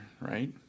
right